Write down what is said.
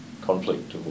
conflict